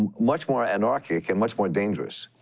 um much more anarchic and much more dangerous.